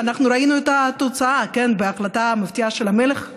וראינו את התוצאה בהחלטה המפתיעה של המלך,